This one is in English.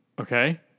Okay